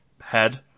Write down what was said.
head